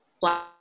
black